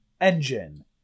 Engine